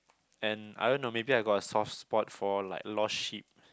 and I don't know maybe I got a soft spot for like lost sheep